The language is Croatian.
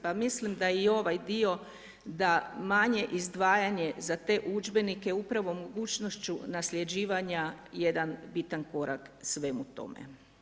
Pa mislim da i ovaj dio da manje izdvajanje za te udžbenike upravo mogućnošću nasljeđivanja jedan bitan korak svemu tome.